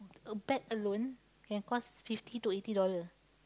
a bag alone can cost fifty to eighty dollar